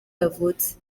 yavutse